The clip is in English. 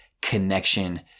connection